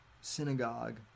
synagogue